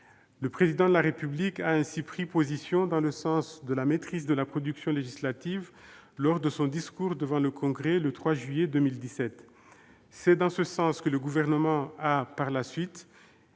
Le Président de la République a pris position en faveur de la maîtrise de la production législative lors de son discours devant le Congrès le 3 juillet 2017. C'est dans ce sens que, par la suite,